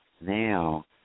now